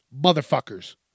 Motherfuckers